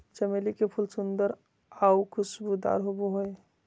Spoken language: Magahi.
चमेली के फूल सुंदर आऊ खुशबूदार होबो हइ